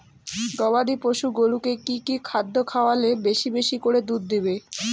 গবাদি পশু গরুকে কী কী খাদ্য খাওয়ালে বেশী বেশী করে দুধ দিবে?